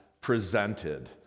presented